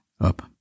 up